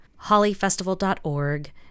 hollyfestival.org